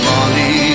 Molly